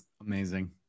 amazing